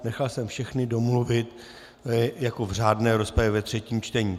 Nechal jsem všechny domluvit jako v řádné rozpravě ve třetím čtení.